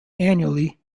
annually